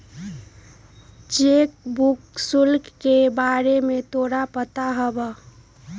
Cheque book शुल्क के बारे में तोरा पता हवा?